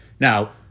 Now